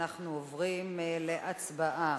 אנחנו עוברים להצבעה.